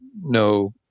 no